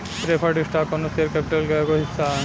preferred stock कौनो share capital के एगो हिस्सा ह